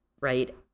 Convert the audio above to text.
right